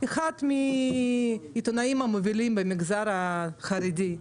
אחד העיתונאים המובילים במגזר החרדי.